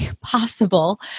possible